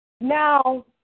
Now